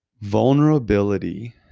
Vulnerability